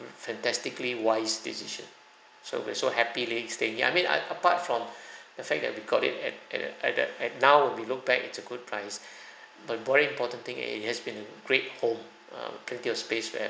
fantastically wise decision so we're so happy ya I mean I apart from the fact that we got it at at a at that at the at now we look back it's a good price but boring important thing a it has been a great home err plenty of space where